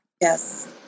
Yes